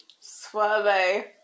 Swerve